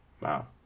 wow